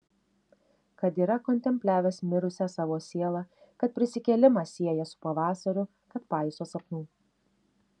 kad yra kontempliavęs mirusią savo sielą kad prisikėlimą sieja su pavasariu kad paiso sapnų